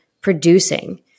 producing